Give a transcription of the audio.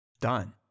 done